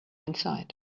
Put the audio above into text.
inside